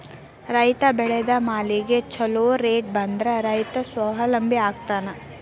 ರೈತ ಬೆಳೆದ ಮಾಲಿಗೆ ಛೊಲೊ ರೇಟ್ ಬಂದ್ರ ರೈತ ಸ್ವಾವಲಂಬಿ ಆಗ್ತಾನ